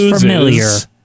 familiar